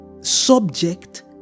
subject